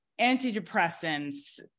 antidepressants